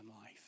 life